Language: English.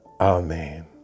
Amen